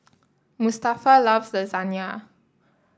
Mustafa loves Lasagne